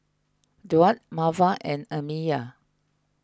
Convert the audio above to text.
Duard Marva and Amiya